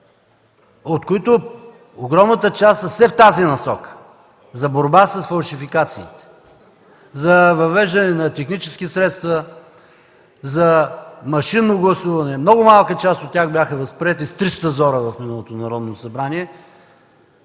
от които огромната част са все в тази насока за борба с фалшификациите, за въвеждане на технически средства, за машинно гласуване. Много малка част от тях бяха възприети с триста зора в миналото Народно събрание,